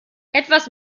etwas